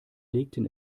legten